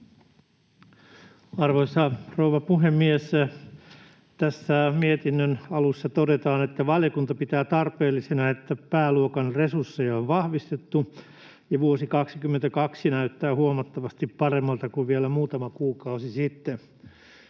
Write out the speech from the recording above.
Arvoisa rouva puhemies! Tässä mietinnön alussa todetaan, että valiokunta pitää tarpeellisena, että pääluokan resursseja on vahvistettu, ja vuosi 22 näyttää huomattavasti paremmalta kuin vielä muutama kuukausi sitten.